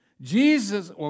Jesus